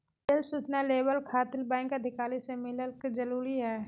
Rail सूचना labour खातिर bank अधिकारी से मिलक जरूरी है?